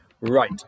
Right